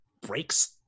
breaks